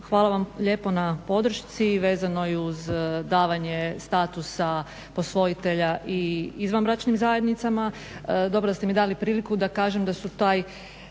hvala vam lijepo na podršci vezanoj uz davanje statusa posvojitelja i izvanbračnim zajednicama. Dobro da ste mi dali priliku da kažem da su to